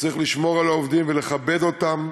שצריך לשמור על העובדים ולכבד אותם,